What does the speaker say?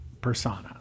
persona